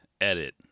edit